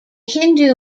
hindu